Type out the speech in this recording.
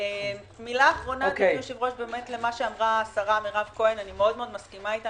למה שאמרה השרה מירב כהן אני מאוד מסכימה אתה.